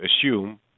assume